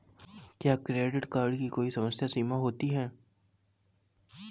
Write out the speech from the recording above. क्या credit card की कोई समय सीमा होती है?